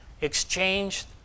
exchanged